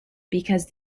because